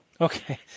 Okay